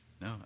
No